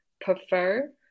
prefer